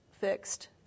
fixed